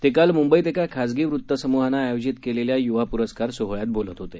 ते काल मुंबईत एका खासगी वृत्त समूहानं आयोजित केलेल्या युवा पुरस्कार सोहळ्यात बोलत होते